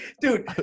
dude